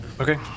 okay